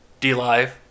DLive